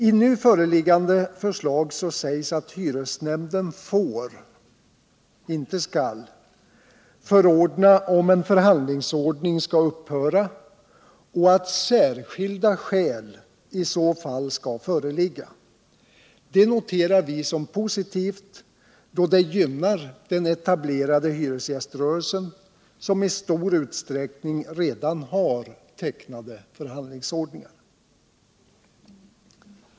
I nu föreliggande förslag sägs att hyresnämnden får — inte skall — förordna om en förhandlingsordning skall upphöra och att särskilda skäl i så fall skall föreligga. Det noterar vi som positivt, då det gynnar den etablerade hyresgäströrelsen, som i stor utsträckning redan har tecknade förhandlingsordningar.